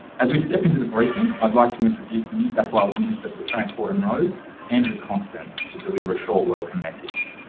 as we step into the briefing, i'd like to introduce the new south wales minister for transport and roads andrew constance to deliver a short welcome message.